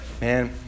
Man